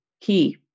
key